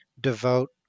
devote